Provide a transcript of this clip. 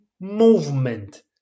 movement